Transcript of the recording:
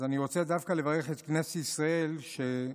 אז אני רוצה דווקא לברך את כנסת ישראל שנזכה